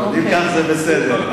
אם כך, זה בסדר.